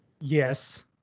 Yes